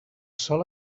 sol